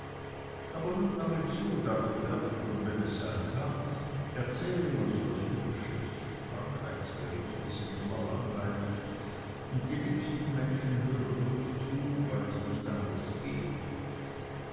aber nun lange zu dagobert und wenn es sein kann erzähle uns was hübsches krankheitsberichte sind immer langweilig und die liebsten menschen hören bloß zu weil es nicht anders geht